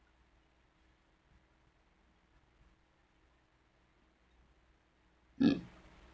uh